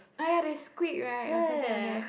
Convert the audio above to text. ah ya they squeak right or something like that